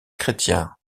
chrétien